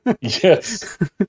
Yes